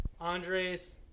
Andres